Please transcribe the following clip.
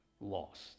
lost